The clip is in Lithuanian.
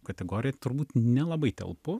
kategoriją turbūt nelabai telpu